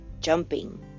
jumping